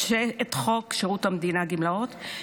את חוק שירות המדינה (גמלאות),